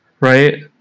right